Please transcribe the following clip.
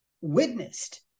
witnessed